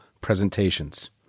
presentations